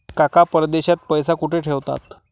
काका परदेशात पैसा कुठे ठेवतात?